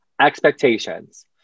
expectations